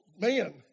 man